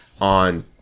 on